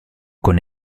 con